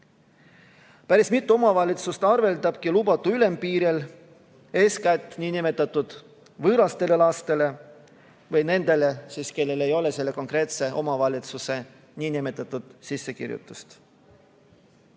Päris mitu omavalitsust arveldabki lubatu ülempiiril eeskätt niinimetatud võõraste laste või nende puhul, kellel ei ole selles konkreetses omavalitsuses niinimetatud sissekirjutust.